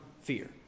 fear